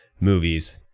movies